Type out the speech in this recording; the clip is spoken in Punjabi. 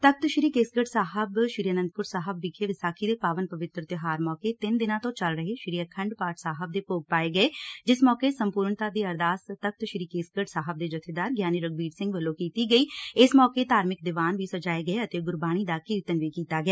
ਤਖ਼ਤ ਸ੍ਰੀ ਕੇਸਗੜ੍ ਸਾਹਿਬ ਸ੍ਰੀ ਅਨੰਦਪੁਰ ਸਾਹਿਬ ਵਿਖੇ ਵਿਸਾਖੀ ਦੇ ਪਾਵਨ ਪਵਿੱਤਰ ਤਿਉਹਾਰ ਮੌਕੇ ਸਭ ਤੋਂ ਪਹਿਲਾਂ ਤਿੰਨ ਦਿਨਾਂ ਤੋਂ ਚੱਲ ਰਹੇ ਸ੍ਰੀ ਅਖੰਡ ਪਾਠ ਸਾਹਿਬ ਦੇ ਭੋਗ ਪਾਏ ਗਏ ਜਿਸ ਮੌਕੇ ਸੰਪੁਰਨਤਾ ਦੀ ਅਰਦਾਸ ਤਖ਼ਤ ਸ੍ਰੀ ਕੇਸਗੜ ਸਾਹਿਬ ਦੇ ਜਬੇਦਾਰ ਗਿਆਨੀ ਰਘਬੀਰ ਸਿੰਘ ਵੱਲੋ ਕੀਤੀ ਗਈ ਇਸ ਮੌਕੇ ਧਾਰਮਿਕ ਦੀਵਾਨ ਵੀ ਸਜਾਏ ਗਏ ਤੇ ਗੁਰਬਾਣੀ ਦਾ ਕੀਰਤਨ ਕੀਤਾ ਗਿਆ